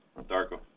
Darko